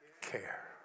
care